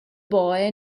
boy